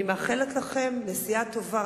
אני מאחלת לכם נסיעה טובה,